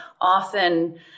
often